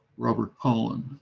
robert pollin